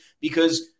because-